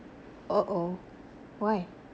oh oh